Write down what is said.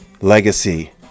legacy